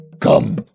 Come